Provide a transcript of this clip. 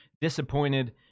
disappointed